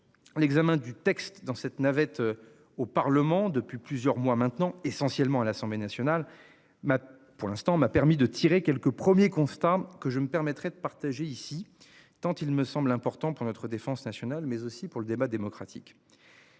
L'examen du texte dans cette navette au Parlement depuis plusieurs mois maintenant essentiellement à l'Assemblée nationale. Ma. Pour l'instant m'a permis de tirer quelques premiers constats que je me permettrai de partager ici tant il me semble important pour notre défense nationale mais aussi pour le débat démocratique.